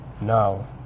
Now